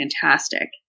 fantastic